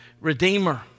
Redeemer